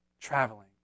traveling